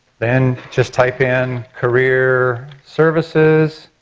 then just type in career services